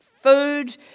food